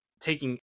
taking